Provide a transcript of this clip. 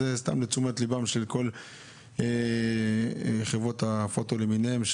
זה רק לתשומת ליבם של כל חברות הפוטו למיניהן,